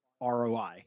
ROI